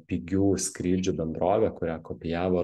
pigių skrydžių bendrovė kurią kopijavo